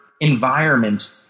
environment